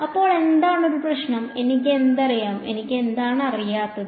അപ്പോൾ എന്താണ് ഒരു പ്രശ്നം എനിക്കെന്തറിയാം എനിക്ക് എന്താണ് അറിയാത്തത്